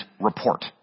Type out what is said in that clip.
report